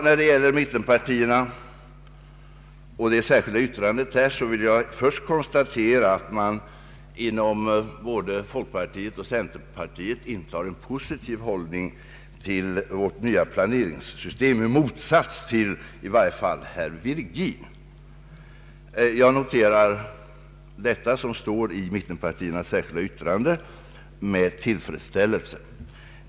När det gäller mittenpartiernas särskilda yttrande vill jag först konstatera att man inom både folkpartiet och centerpartiet intar en positiv hållning till vårt nya planeringssystem — i motsats till i varje fall herr Virgin. Jag noterar det som står i mittenpartiernas särskilda yttrande om planeringssystemet med tillfredsställelse.